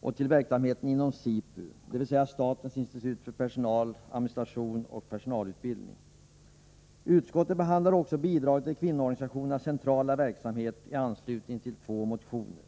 och till verksamheten vid SIPU, dvs. statens institut för personaladministration och personalutbildning. Utskottet behandlar också bidraget till kvinnoorganisationernas centrala verksamhet i anslutning till två motioner.